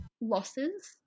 losses